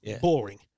boring